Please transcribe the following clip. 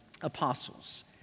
apostles